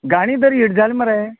गाणी तरी हीट जालीं मरे